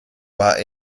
war